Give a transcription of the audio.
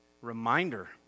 reminder